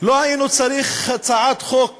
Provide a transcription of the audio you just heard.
לא היינו צריכים הצעת חוק